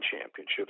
championships